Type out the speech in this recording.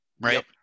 right